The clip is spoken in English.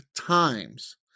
times